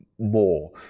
more